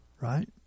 right